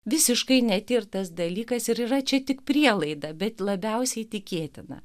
visiškai netirtas dalykas ir yra čia tik prielaida bet labiausiai įtikėtina